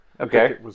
Okay